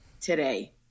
today